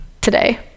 Today